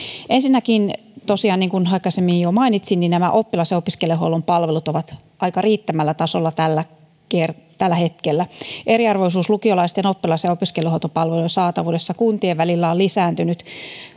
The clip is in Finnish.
ensinnäkin tosiaan niin kuin aikaisemmin jo mainitsin oppilas ja opiskelijahuollon palvelut ovat aika riittämättömällä tasolla tällä hetkellä eriarvoisuus lukiolaisten oppilas ja opiskeluhuoltopalvelujen saatavuudessa kuntien välillä on lisääntynyt